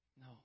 No